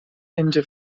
into